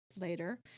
later